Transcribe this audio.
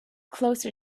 closer